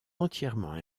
entièrement